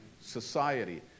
society